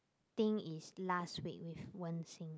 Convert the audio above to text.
think is last week with Wen-Xin